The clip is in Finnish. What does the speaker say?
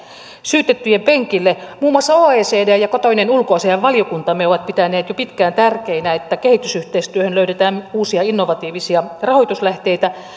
syytettyjen penkille muun muassa oecd ja ja kotoinen ulkoasiainvaliokuntamme ovat pitäneet jo pitkään tärkeänä että kehitysyhteistyöhön löydetään uusia innovatiivisia rahoituslähteitä